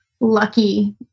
lucky